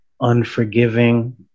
unforgiving